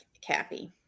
Cappy